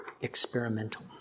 experimental